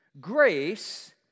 Grace